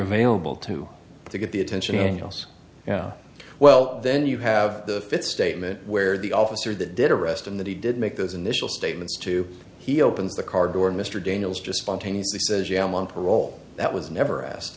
available to to get the attention yes well then you have the fifth statement where the officer that did arrest him that he did make those initial statements to he opens the car door mr daniels just spontaneously says yeah i'm on parole that was never asked